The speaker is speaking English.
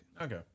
Okay